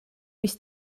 mis